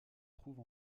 trouve